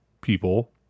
people